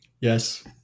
Yes